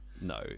No